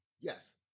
Yes